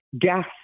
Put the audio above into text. Gas